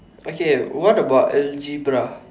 okay what about algebra